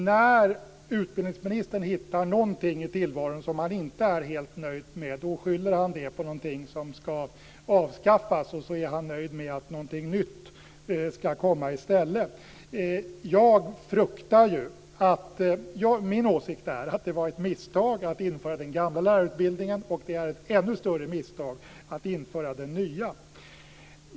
När utbildningsministern hittar någonting i tillvaron som han inte är helt nöjd med skyller han det på någonting som ska avskaffas, och så är han nöjd med att någonting nytt ska komma i stället. Min åsikt är att det var ett misstag att införa den gamla lärarutbildningen och att det är ett ännu större misstag att införa den nya.